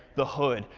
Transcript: the hood.